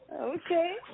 Okay